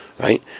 right